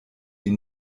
die